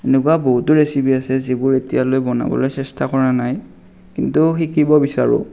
এনেকুৱা বহু ৰেচিপি আছে যিবোৰ এতিয়ালৈ বনাবলৈ চেষ্টা কৰা নাই কিন্তু শিকিব বিচাৰোঁ